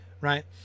right